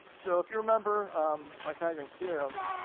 so if you remember pythagorean's theorem,